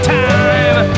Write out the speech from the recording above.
time